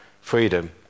freedom